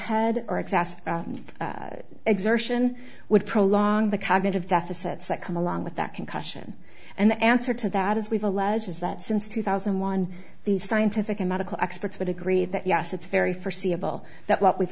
excessive exertion would prolong the cognitive deficits that come along with that concussion and the answer to that is we've alleges that since two thousand and one the scientific and medical experts would agree that yes it's very forseeable that what we've